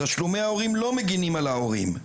תשלומי ההורים לא מגנים על ההורים.